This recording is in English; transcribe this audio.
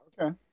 okay